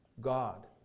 God